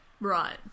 Right